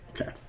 Okay